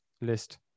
list